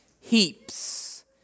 heaps